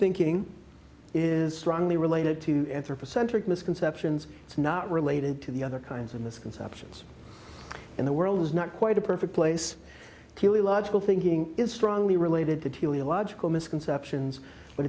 thinking is strongly related to anthropocentric misconceptions it's not related to the other kinds of misconceptions in the world is not quite a perfect place to logical thinking is strongly related to illogical misconceptions but